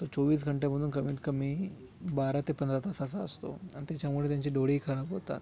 तो चोवीस घंट्यामधून कमीतकमी बारा ते पंधरा तासाचा असतो आणि त्याच्यामुळे त्यांचे डोळेही खराब होतात